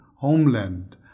homeland